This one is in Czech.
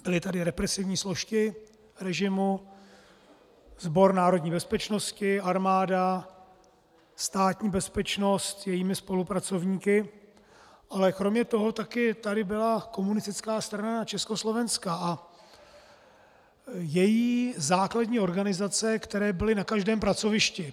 Byly tady represivní složky režimu, Sbor národní bezpečnosti, armáda, Státní bezpečnost se svými spolupracovníky, ale kromě toho tady také byla Komunistická strana Československa a její základní organizace, které byly na každém pracovišti.